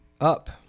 up